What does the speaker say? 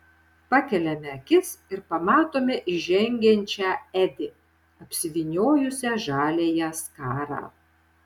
pakeliame akis ir pamatome įžengiančią edi apsivyniojusią žaliąją skarą